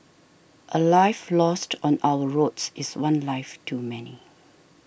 a life lost on our roads is one life too many